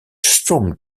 strong